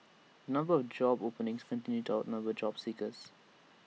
number of job openings continued to outnumber job seekers